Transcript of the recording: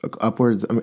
upwards